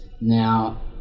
Now